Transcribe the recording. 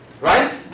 Right